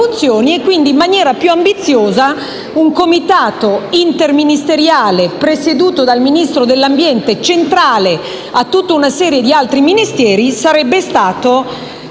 Quindi, in maniera più ambiziosa, un nuovo Comitato interministeriale presieduto dal Ministro dell'ambiente, centrale rispetto a una serie di altri Ministeri, sarebbe stato